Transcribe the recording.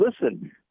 listen –